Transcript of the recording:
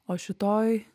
o šitoj